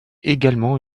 également